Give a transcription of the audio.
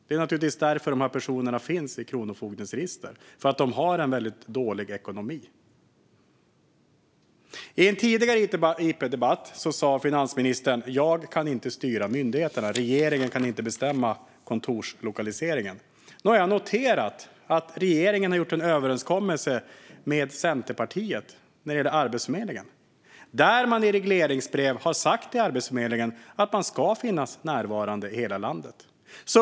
Det är naturligtvis därför de här personerna finns i Kronofogdens register; de har en väldigt dålig ekonomi. I en tidigare interpellationsdebatt sa finansministern: Jag kan inte styra myndigheterna. Regeringen kan inte bestämma kontorslokaliseringen. Nu har jag noterat att regeringen har gjort en överenskommelse med Centerpartiet när det gäller Arbetsförmedlingen. Där har man i regleringsbrev sagt till Arbetsförmedlingen att den ska finnas närvarande i hela landet.